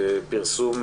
לפרסום